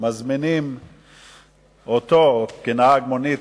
מזמינים אותו כנהג מונית,